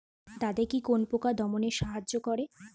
দাদেকি কোন পোকা দমনে সাহায্য করে?